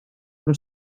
però